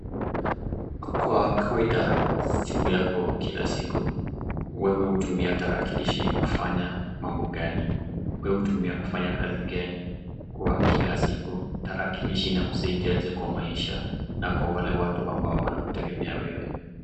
Kwa kawaida, siku yako, kila siku wewe hutumia tarakilishi kufanya mambo gani? We hutumia kufanya kazi gani? Kwa kila siku ,tarakilishi inakusaidia aje kwa maisha yako, wale watu wanaokutegemea wewe?